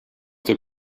der